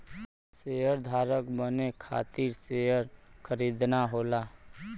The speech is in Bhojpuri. शेयरधारक बने खातिर शेयर खरीदना होला